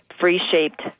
free-shaped